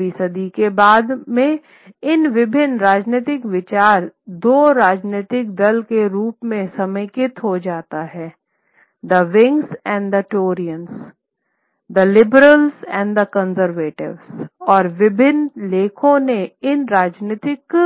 17 वें सदी में बाद में इन विभिन्न राजनीतिक विचार दो राजनीतिक दल के रूप में समेकित हो जाता है Whigs and Tories Liberals and Conservatives और विभिन्न लेखकों ने इन राजनीतिक